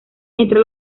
entre